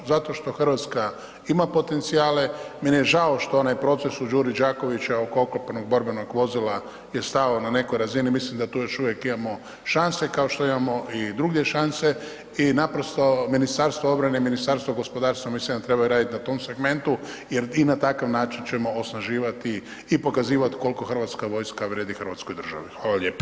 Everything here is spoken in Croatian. Zato to Hrvatska ima potencijale, meni je žao što onaj proces u Đuri Đakoviću oko oklopnog borbenog vozila je stao na nekoj razini, mislim da tu još uvijek imamo šanse kao što imamo i drugdje šanse i naprosto Ministarstvo obrane i Ministarstvo gospodarstva mislim da trebaju raditi na tom segmentu jer i na takav način ćemo osnaživati i pokazivati koliko hrvatska vojska vrijedi hrvatskoj državi, hvala lijepo.